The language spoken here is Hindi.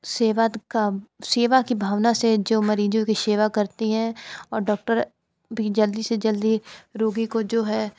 सेवा का सेवा की भावना से जो मरीज़ों की सेवा करती हैं और डॉक्टर भी जल्दी से जल्दी रोगी को जो है